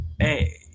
hey